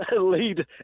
lead